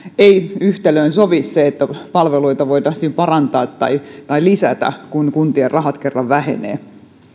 ei sovi se että palveluita voitaisiin parantaa tai tai lisätä kun kuntien rahat kerran vähenevät